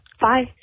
bye